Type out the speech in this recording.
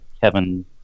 Kevin